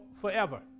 forever